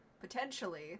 potentially